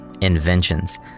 inventions